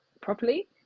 properly